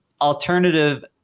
alternative